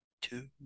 Two